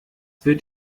wird